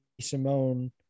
Simone